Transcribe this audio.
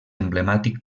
emblemàtic